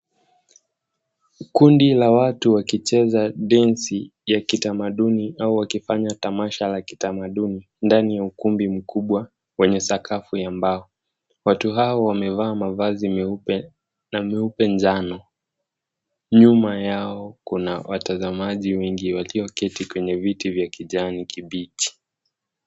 Kundi la watu wakicheza densi ya kitamaduni au wakifanya tamasha ya kitamaduni ndani ya ukumbi mkubwa wenye sakagu ta mbao. Watu hao wamevaa mavazi meupe, na meupe njano. Nyuma yao kuna watazamaji wengi walioketi kwenye viti vya kijani kibichi.